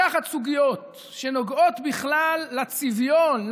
לקחת סוגיות שנוגעות בכלל לצביון,